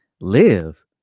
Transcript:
live